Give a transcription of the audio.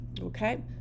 okay